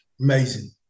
Amazing